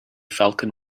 falcon